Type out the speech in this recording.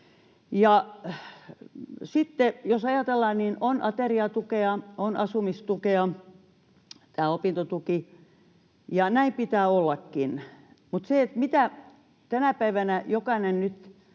jos ajatellaan, niin on ateriatukea, on asumistukea, on tämä opintotuki, ja näin pitää ollakin. Mutta kun tänä päivänä jokainen nyt